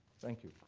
thank you.